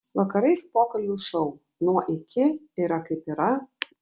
vakarais pokalbių šou nuo iki yra kaip yra